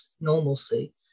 normalcy